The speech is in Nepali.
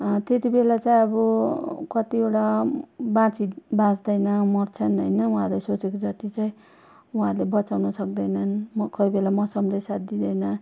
त्यतिबेला चाहिँ अब कतिवटा बाच् बाँच्दैनन् मर्छन् होइन उहाँहरूले सोचेको जति चाहिँ उहाँहरूले बचाउन सक्दैनन् म कोही बेला मौसमले सथ दिँदैन